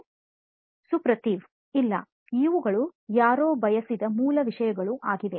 ಸುಪ್ರತಿವ್ ಇಲ್ಲ ಇವುಗಳು ಯಾರೋ ಬಯಸಿದ ಮೂಲ ವಿಷಯಗಳು ಆಗಿವೆ